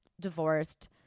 divorced